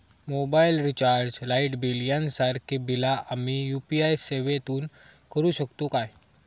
Mobile recharge, light bill यांसारखी बिला आम्ही यू.पी.आय सेवेतून करू शकतू काय?